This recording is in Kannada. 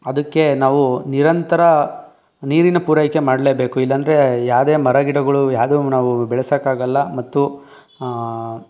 ಅದಕ್ಕೆ ನಾವು ನಿರಂತರ ನೀರಿನ ಪೂರೈಕೆ ಮಾಡಲೇಬೇಕು ಇಲ್ಲಂದರೆ ಯಾವುದೇ ಮರ ಗಿಡಗಳು ಯಾವುದೂ ನಾವು ಬೆಳೆಸಕ್ಕಾಗಲ್ಲ ಮತ್ತು